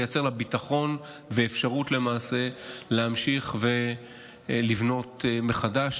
כדי לייצר לה ביטחון ואפשרות למעשה להמשיך ולבנות מחדש,